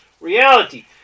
reality